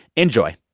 enjoy